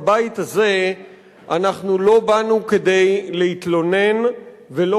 בבית הזה אנחנו לא באנו כדי להתלונן ולא